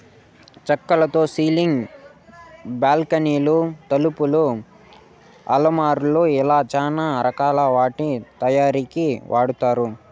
చక్కతో సీలింగ్, బాల్కానీలు, తలుపులు, అలమారాలు ఇలా చానా రకాల వాటి తయారీకి వాడతారు